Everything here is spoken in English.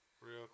Real